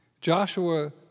Joshua